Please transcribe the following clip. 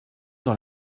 dans